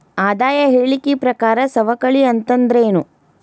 ಆದಾಯ ಹೇಳಿಕಿ ಪ್ರಕಾರ ಸವಕಳಿ ಅಂತಂದ್ರೇನು?